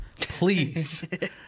please